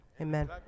amen